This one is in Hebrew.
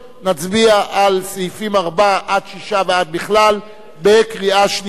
נצביע על סעיפים 4 6 ועד בכלל בקריאה שנייה.